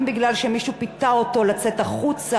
אם משום שמישהו פיתה אותו לצאת החוצה